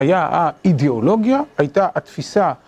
היה האידיאולוגיה, הייתה התפיסה.